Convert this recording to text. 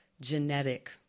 genetic